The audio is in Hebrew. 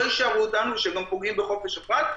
יישארו אתנו והם גם פוגעים בחופש הפרט,